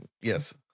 yes